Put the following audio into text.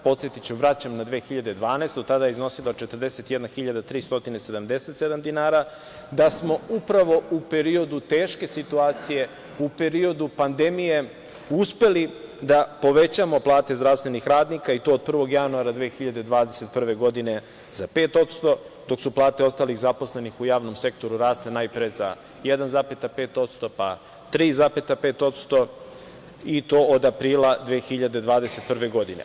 Podsetiću, vraćam na 2012. godinu, tada je iznosila 41.377 dinara, da smo upravo u periodu teške situacije, u periodu pandemije uspeli da povećamo plate zdravstvenih radnika, i to od 1. januara 2021. godine za 5%, dok su plate ostalih zaposlenih u javnom sektoru rasle najpre za 1,5%, pa 3,5% i to od aprila 2021. godine.